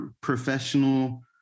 professional